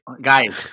guys